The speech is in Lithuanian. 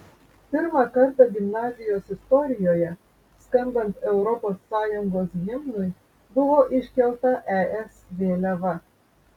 pirmą kartą gimnazijos istorijoje skambant europos sąjungos himnui buvo iškelta es vėliava